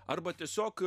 arba tiesiog